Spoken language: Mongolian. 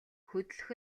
хөдлөх